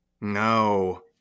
no